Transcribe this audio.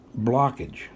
blockage